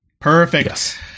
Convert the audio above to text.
Perfect